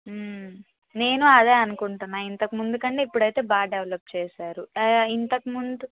నేను అదే అనుకుంటున్నాను ఇంతకముందు కన్నా ఇప్పుడయితే బాగా డెవలప్ చేశారు ఇంతకముందు